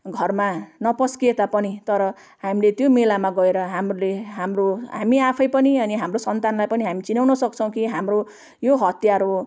घरमा नपस्किए तापनि तर हामीले त्यो मेलामा गएर हामीले हाम्रो हामी आफैँ पनि अनि हाम्रो सन्तानलाई पनि हामी चिनाउन सक्छौँ कि हाम्रो यो हतियार हो